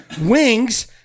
Wings